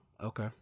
Okay